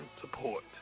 support